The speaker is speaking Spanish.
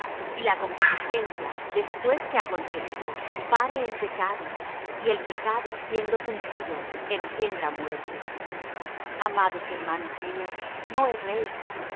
y la concupiscencia después que ha concebido pare el pecado y el pecado siendo cumplido engendra muerte amados hermanos míos no erréis